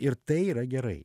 ir tai yra gerai